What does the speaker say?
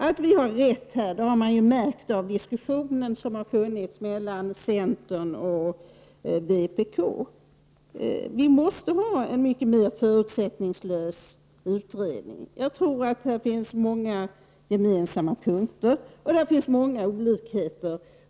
Att vi har rätt framgår av den diskussion som har förts mellan centern och vpk. Det behövs en mycket mer förutsättningslös utredning. Jag tror att det finns många gemensamma punkter här, men också många olikheter.